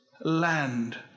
land